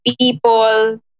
people